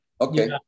Okay